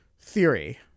theory